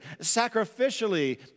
sacrificially